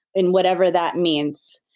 in whatever that means,